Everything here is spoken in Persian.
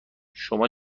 شما